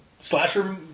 slasher